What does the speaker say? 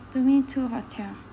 domain two hotel